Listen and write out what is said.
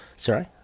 Sorry